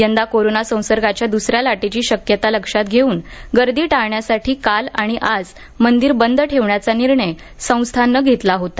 यंदा कोरोना संसर्गाच्या दुसऱ्या लाटेची शक्यता लक्षात घेऊन गर्दी टाळण्यासाठी काल आणि आज मंदिर बंद ठेवण्याचा निर्णय संस्थाननं घेतला होता